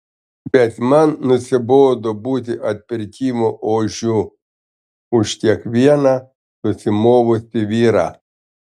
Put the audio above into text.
bet man nusibodo būti atpirkimo ožiu už kiekvieną susimovusį vyrą